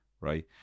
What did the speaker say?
Right